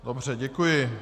Dobře, děkuji.